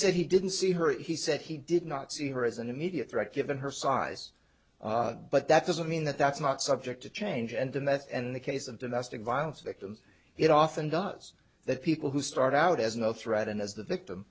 said he didn't see her he said he did not see her as an immediate threat given her size but that doesn't mean that that's not subject to change and the method and in the case of domestic violence victims it often does that people who start out as no threat and as the victim